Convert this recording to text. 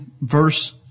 verse